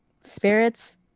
spirits